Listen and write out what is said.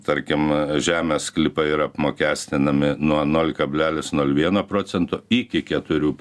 tarkim žemės sklypai yra apmokestinami nuo nol kablelis nol vieno procento iki keturių